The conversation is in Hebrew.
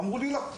אמרו לי לא.